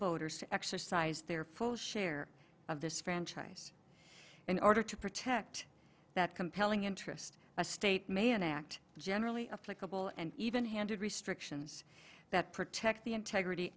voters to exercise their full share of this franchise in order to protect that compelling interest a state may enact generally a flexible and even handed restrictions that protect the integrity